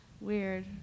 weird